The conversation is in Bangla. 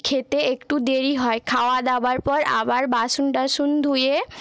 খেতে একটু দেরি হয় খাওয়া দাওয়ার পর আবার বাসন টাসন ধুয়ে